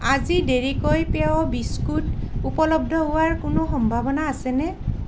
আজি দেৰিকৈ পেয় বিস্কুট উপলব্ধ হোৱাৰ কোনো সম্ভাৱনা আছেনে